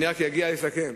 אני אומר לנו,